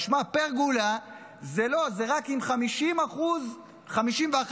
תשמע, פרגולה זה רק אם 51% פתוח.